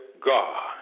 God